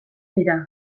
dira